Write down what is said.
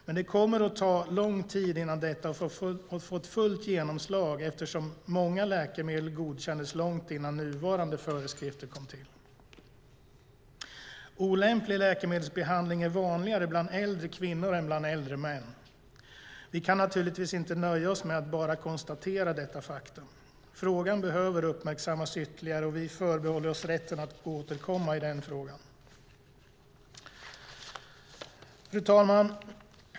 Men det kommer att ta lång tid innan detta har fått fullt genomslag eftersom många läkemedel godkändes långt innan nuvarande föreskrifter kom till. Olämplig läkemedelsbehandling är vanligare bland äldre kvinnor än bland äldre män. Vi kan naturligtvis inte nöja oss med att bara konstatera detta faktum. Frågan behöver uppmärksammas ytterligare, och vi förbehåller oss rätten att återkomma i den frågan. Fru talman!